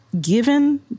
given